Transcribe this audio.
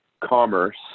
commerce